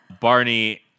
Barney